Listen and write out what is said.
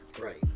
Right